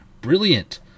Brilliant